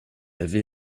avait